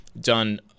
done